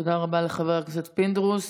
תודה רבה לחבר הכנסת פינדרוס.